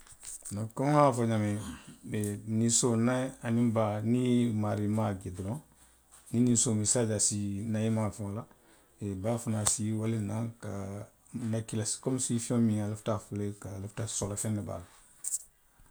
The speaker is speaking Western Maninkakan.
Komi nŋa a fo ňaamiŋ. ninsoo niŋ a, aniŋ baa niŋ i ye i maarii ma je doroŋ, niŋ ninsoo mu i se a je a si naa i maafaŋo la. Baa fanaŋ si i waliŋ naŋ ka naki i la komi siiseo miŋ lafita a fo la i ye ko a soola feŋ ne be a la.